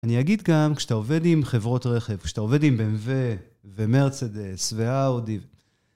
אני אגיד גם, כשאתה עובד עם חברות רכב, כשאתה עובד עם BMW, ומרצדס, ואאודי...